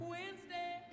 Wednesday